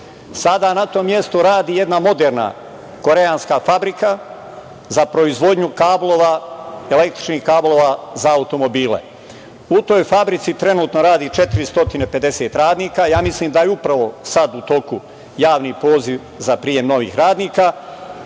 Sada u tom mestu radi jedna moderna koreanska fabrika za proizvodnju kablova, električnih kablova za automobile.U toj fabrici trenutno radi 450 radnika. Ja mislim da je upravo sada u toku javni poziv za prijem novih radnika.